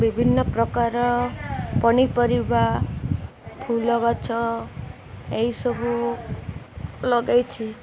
ବିଭିନ୍ନ ପ୍ରକାର ପନିପରିବା ଫୁଲ ଗଛ ଏସବୁ ଲଗେଇଛି